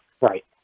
Right